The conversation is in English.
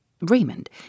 Raymond